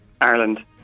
Ireland